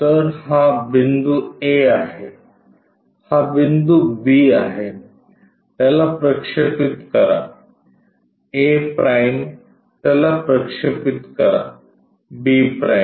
तर हा बिंदू A आहे हा बिंदू B आहे याला प्रक्षेपित करा a' त्याला प्रक्षेपित करा b'